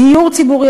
דיור ציבורי,